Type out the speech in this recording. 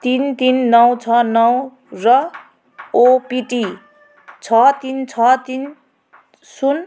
तिन तिन नौ छ नौ र ओपिटी छ तिन छ तिन सुन